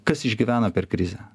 kas išgyvena per krizę